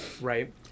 Right